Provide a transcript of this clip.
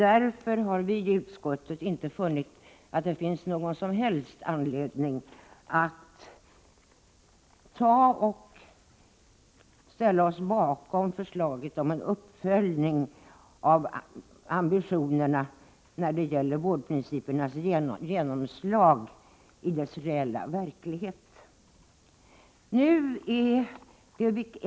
Därför har vi i utskottet inte funnit att det finns någon som helst anledning att ställa oss bakom förslaget om en uppföljning av ambitionerna när det gäller vårdprincipernas genomslag i den reella verkligheten.